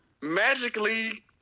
magically